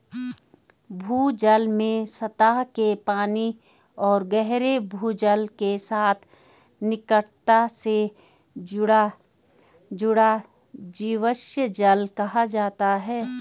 भूजल में सतह के पानी और गहरे भूजल के साथ निकटता से जुड़ा जीवाश्म जल कहा जाता है